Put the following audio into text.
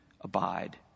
abide